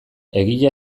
egia